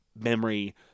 memory